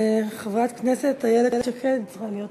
וחברת הכנסת איילת שקד צריכה להיות אחריך.